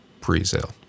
pre-sale